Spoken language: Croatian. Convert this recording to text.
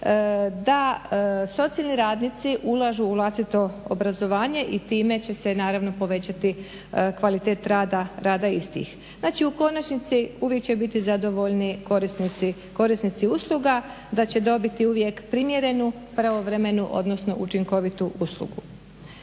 da socijalni radnici ulažu u vlastito obrazovanje i time će se naravno povećati kvalitet rada istih. Znači, u konačnici uvijek će biti zadovoljni korisnici usluga, da će dobiti uvijek primjerenu pravovremenu, odnosno učinkovitu uslugu.